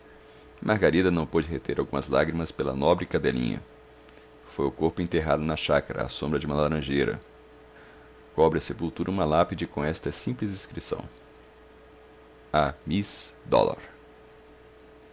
margarida não pôde reter algumas lágrimas pela nobre cadelinha foi o corpo enterrado na chácara à sombra de uma laranjeira cobre a sepultura uma lápide com esta simples inscrição a miss dollar